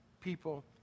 people